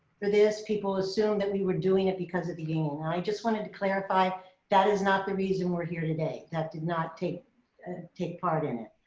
for this people assumed that we were doing it because of the union. and i just wanted to clarify that is not the reason we're here today. that did not take and take part in it.